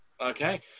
Okay